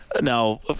Now